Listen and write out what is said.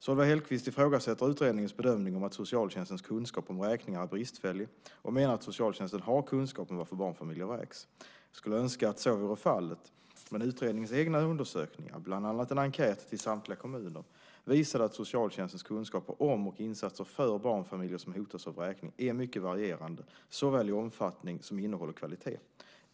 Solveig Hellquist ifrågasätter utredningens bedömning om att socialtjänstens kunskap om vräkningar är bristfällig och menar att socialtjänsten har kunskap om varför barnfamiljer vräks. Jag skulle önska att så vore fallet, men utredningens egna undersökningar - bland annat en enkät till samtliga kommuner - visade att socialtjänstens kunskaper om och insatser för barnfamiljer som hotas av vräkning är mycket varierande i såväl omfattning som innehåll och kvalitet.